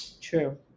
True